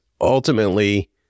ultimately